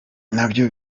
nabyo